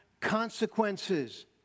Consequences